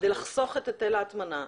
כדי לחסוך את היטל ההטמנה.